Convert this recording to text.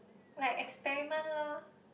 like experiment loh